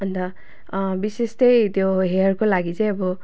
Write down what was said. अन्त विशेष चाहिँ त्यो हेयरको लागि चाहिँ अब